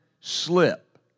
slip